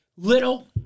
Little